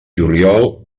juliol